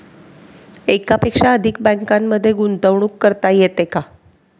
एकापेक्षा अधिक बँकांमध्ये गुंतवणूक करता येते का?